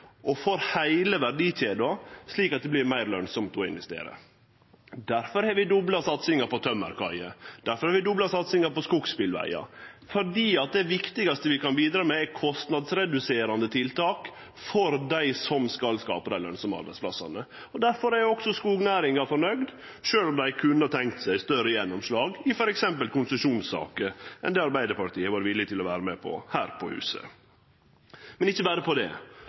og for heile verdikjeda, slik at det vert meir lønsamt å investere. Difor har vi dobla satsinga på tømmerkaier, difor har vi dobla satsinga på skogsbilvegar, fordi det viktigaste vi kan bidra med, er kostnadsreduserande tiltak for dei som skal skape dei lønsame arbeidsplassane. Difor er også skognæringa fornøgd, sjølv om dei kunne ha tenkt seg større gjennomslag i f. eks. konsesjonssaker enn det Arbeidarpartiet har vore villig til å vere med på her på huset. Men ikkje berre på